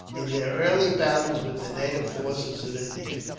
in their early battles with the native forces in india.